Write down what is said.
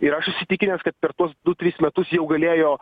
ir aš įsitikinęs kad per tuos du tris metus jau galėjo